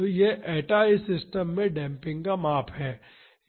तो यह एटा इस सिस्टम में डेम्पिंग का माप है